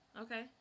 Okay